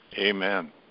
Amen